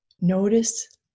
Notice